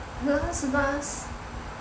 the last bus